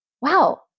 wow